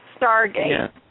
Stargate